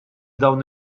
dawn